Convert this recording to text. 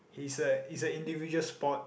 is a is a individual sport